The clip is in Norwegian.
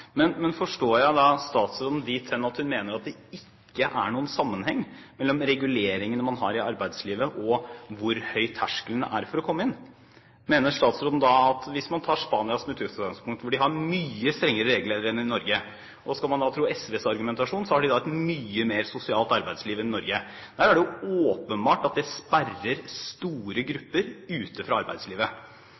Men kan jeg forstå statsråden dit hen at hun mener det ikke er noen sammenheng mellom reguleringene man har i arbeidslivet, og hvor høy terskelen er for å komme inn? Hvis man tar Spania som et utgangspunkt, hvor man har mye strengere regler enn i Norge – skal man tro SVs argumentasjon, har de et mye mer sosialt arbeidsliv enn i Norge – er det jo helt åpenbart at det sperrer store grupper ute fra arbeidslivet.